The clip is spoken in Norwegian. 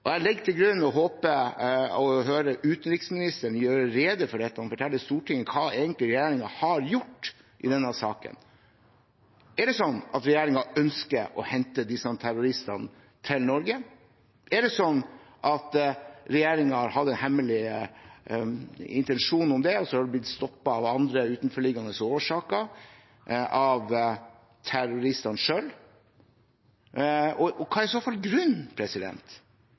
og jeg håper å høre utenriksministeren gjøre rede for dette og fortelle Stortinget hva regjeringen egentlig har gjort i denne saken. Er det sånn at regjeringen ønsker å hente disse terroristene til Norge? Er det sånn at regjeringen har hatt en hemmelig intensjon om det, og så har det blitt stoppet av andre, utenforliggende årsaker, av terroristene selv? Og hva er i så fall